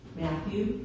Matthew